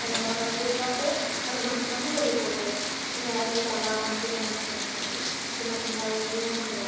ఏమైనా మన చేతిలో ఉంటే అవి గుంజుకొని వెళ్లిపోతాయి ఇగ అవి చాలా మంచిగా కనిపించింది చిన్న చిన్న ఇవి ఉంటాయి